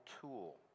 tool